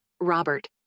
Robert